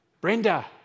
Brenda